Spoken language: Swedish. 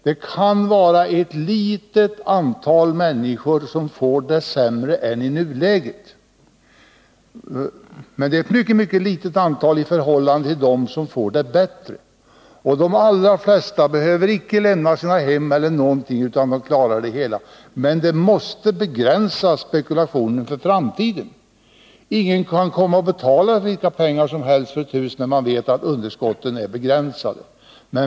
I förhållande till antalet människor som får det bättre är det ett mycket litet antal som kan få det något sämre än i nuläget. De allra flesta behöver inte lämna sina hem utan klarar situationen. Spekulationen måste emellertid begränsas i framtiden. Ingen kan betala hur mycket pengar som helst för ett hus, då alla vet att underskottsavdragen är begränsade.